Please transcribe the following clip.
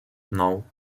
naŭ